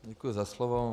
Děkuji za slovo.